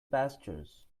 pastures